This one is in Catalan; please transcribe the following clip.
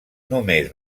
només